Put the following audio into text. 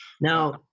now